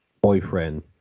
boyfriend